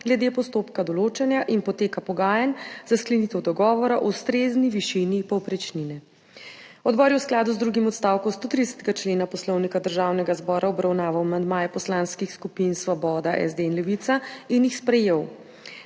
glede postopka določanja in poteka pogajanj za sklenitev dogovora o ustrezni višini povprečnine. Odbor je v skladu z drugim odstavkom 130. člena Poslovnika Državnega zbora obravnaval amandmaje poslanskih skupin Svoboda, SD in Levica in jih sprejel.